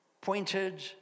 pointed